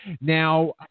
Now